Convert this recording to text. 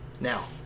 now